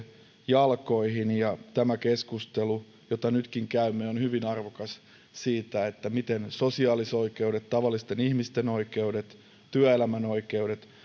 jalkoihin tämä keskustelu jota nytkin käymme on hyvin arvokas siltä kannalta miten sosiaalioikeudet tavallisten ihmisten oikeudet työelämän oikeudet